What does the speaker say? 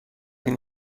این